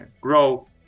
grow